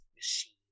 machine